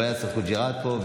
יאסר חוג'יראת לא פה,